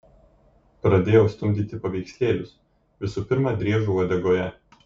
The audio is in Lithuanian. pradėjau stumdyti paveikslėlius visų pirma driežo uodegoje